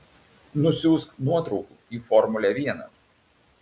nusiųsk nuotraukų į formulę vienas